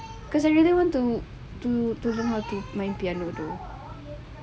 cause I really want to to know how to play piano though